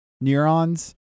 neurons